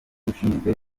ushinzwe